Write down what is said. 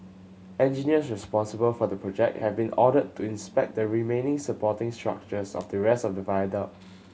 engineers responsible for the project have been ordered to inspect the remaining supporting structures of the rest of the viaduct